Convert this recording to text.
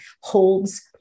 holds